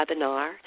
webinar